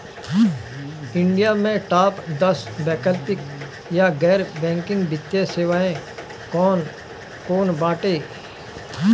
India में top दस वैकल्पिक या गैर बैंकिंग वित्तीय सेवाएं कौन कोन बाटे?